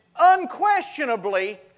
unquestionably